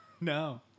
No